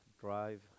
drive